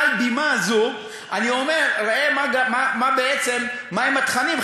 מעל בימה זו אני אומר: ראה בעצם מהם התכנים.